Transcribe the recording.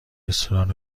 رستوران